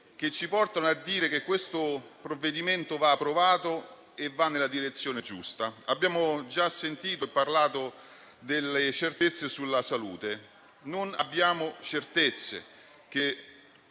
che ci portano a dire che questo provvedimento va approvato e va nella direzione giusta. Abbiamo già sentito parlare delle certezze sulla salute. Ebbene, non abbiamo certezze che